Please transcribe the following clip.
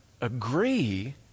agree